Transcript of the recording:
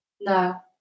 No